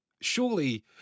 surely